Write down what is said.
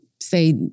say